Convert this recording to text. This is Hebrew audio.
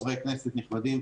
חברי כנסת נכבדים,